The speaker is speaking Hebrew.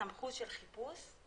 סמכות של חיפוש,